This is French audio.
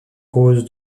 cause